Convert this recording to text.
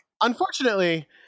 Unfortunately